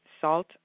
salt